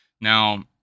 Now